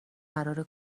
قرار